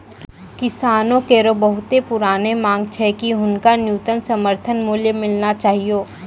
किसानो केरो बहुत पुरानो मांग छै कि हुनका न्यूनतम समर्थन मूल्य मिलना चाहियो